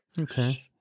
Okay